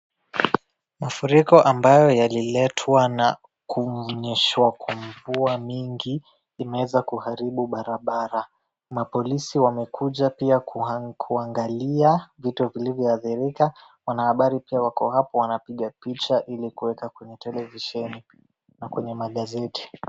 Mafuriko ambayo yaliletwa na kunyeshwa kwa mvua mingi imeweza kuaribu barabara, mapolisi wamekuja pia kuangalia vitu vilivyo athirika, wanahabari pia wako hapo wanapiga picha ili kuweka kwenye televisheni na kwenye magazeti.